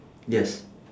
yes